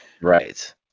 right